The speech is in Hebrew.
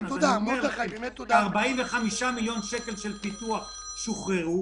אז אני אומר ש-45 מיליון שקל של פיתוח שוחררו,